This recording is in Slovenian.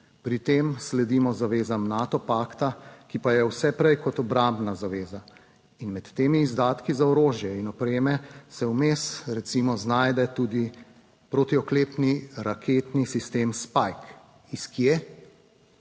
Pri tem sledimo zavezam Nato pakta, ki pa je vse prej kot obrambna zaveza. In med temi izdatki za orožje in opreme se vmes recimo znajde tudi protioklepni raketni sistem spajk. Iz kje?